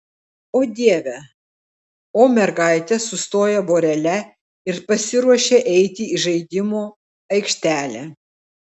o dieve o mergaitės sustoja vorele ir pasiruošia eiti į žaidimų aikštelę